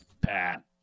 Pat